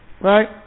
Right